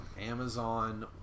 Amazon